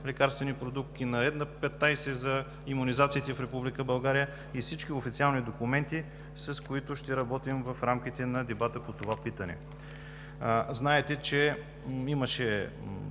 лекарствени продукти, Наредба № 15 за имунизациите в Република България и всички официални документи, с които ще работим в рамките на дебата по това питане. Знаете, че имаше